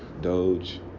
Doge